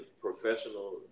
professional